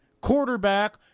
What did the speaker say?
quarterback